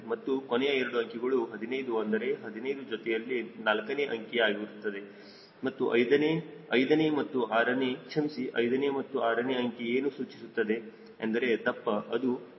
ಮತ್ತು ಕೊನೆಯ ಎರಡು ಅಂಕಿಗಳು 15 ಅಂದರೆ 15 ಜೊತೆಯಲ್ಲಿ 4ನೇ ಅಂಕಿ ಯಾಗಿರುತ್ತದೆ ಮತ್ತು 5ನೇ 5ನೇ ಮತ್ತು 6ನೇ ಕ್ಷಮಿಸಿ 5ನೇ ಮತ್ತು 6ನೇ ಅಂಕಿ ಏನು ಸೂಚಿಸುತ್ತದೆ ಎಂದರೆ ದಪ್ಪ ಅದು 15 ಪ್ರತಿಶತ ಆಗಿರುತ್ತದೆ